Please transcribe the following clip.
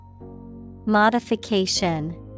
Modification